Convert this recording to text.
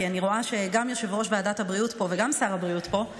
כי אני רואה שגם יושב-ראש ועדת הבריאות פה וגם שר הבריאות פה,